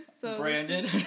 Brandon